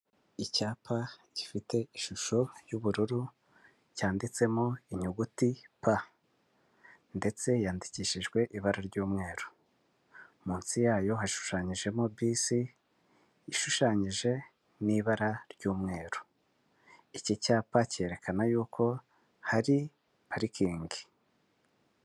Icyapa gifite ishusho y'ubururu cyanditsemo inyuguti p ndetse yandikishijwe ibara ry'umweru, munsi yayo hashushanyijemo bisi, ishushanyije n'ibara ry'umweru iki cyapa cyerekana yuko hari parikingi.